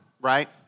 right